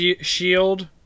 shield